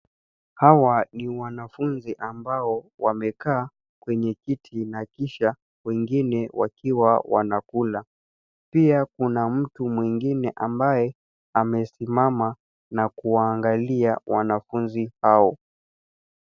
Hawa ni wanafunzi ambao wamekaa kwenye kiti na kisha wengine wakiwa wanakula. Pia kuna mtu mwingine ambaye amesimama na kuwaangalia wanafunzi hao.